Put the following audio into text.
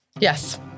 Yes